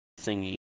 thingy